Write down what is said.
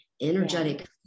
energetic